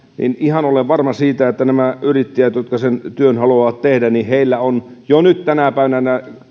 niin ihan olen varma siitä että näillä yrittäjillä jotka sen työn haluavat tehdä on jo nyt tänä päivänä